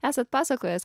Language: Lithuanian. esat pasakojęs